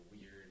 weird